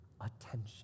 attention